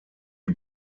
die